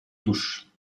touche